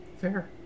fair